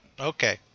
okay